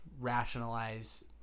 rationalize